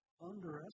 underestimate